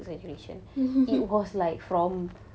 mm